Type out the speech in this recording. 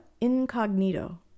incognito